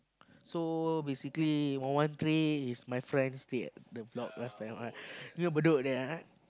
so basically one one three is my friend stay at the block last time ah you know Bedok there ah